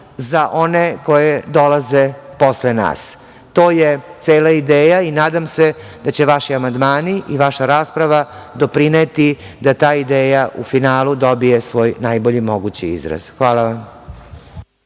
za one koji dolaze posle nas, to je cela ideja i nadam se da će vaši amandmani i vaša rasprava doprineti da ta ideja u finalu dobije svoj najbolji mogući izraz. Hvala vam.